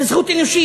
זאת זכות אנושית